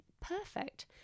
perfect